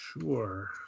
Sure